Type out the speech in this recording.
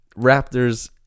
Raptors